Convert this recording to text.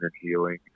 healing